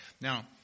Now